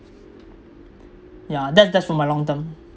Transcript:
yeah that's that's for my long term